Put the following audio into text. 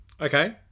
Okay